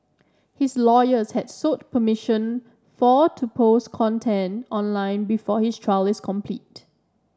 his lawyers had sought permission for to post content online before his trial is completed